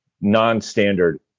non-standard